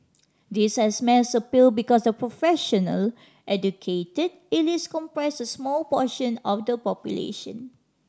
this has mass appeal because the professional and educated elites comprise a small portion of the population